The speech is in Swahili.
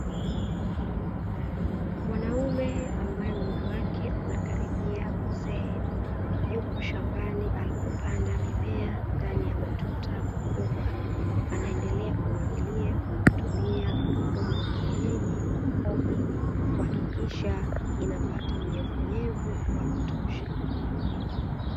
Mwanaume ambaye umri wake unakaribia uzee yuko shambani alikopanda mimea ndani ya matuta makubwa, anaedelea kumwagilia kwa kutumia mfumo wa kienyeji wa mkono kuhakikisha inapata unyevunyevu wa kutosha.